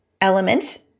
element